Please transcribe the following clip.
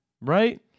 Right